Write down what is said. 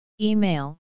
Email